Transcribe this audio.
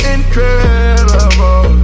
Incredible